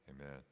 Amen